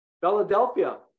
Philadelphia